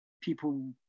people